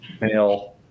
male